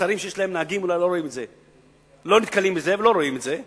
שרים שיש להם נהגים לא נתקלים בזה ולא רואים את זה,